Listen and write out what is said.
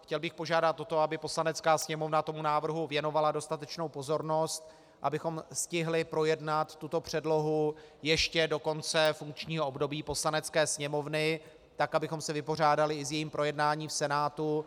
Chtěl bych požádat o to, aby Poslanecká sněmovna tomu návrhu věnovala dostatečnou pozornost, abychom stihli projednat tuto předlohu ještě do konce funkčního období Poslanecké sněmovny tak, abychom se vypořádali i s jejím projednáním v Senátu.